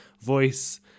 voice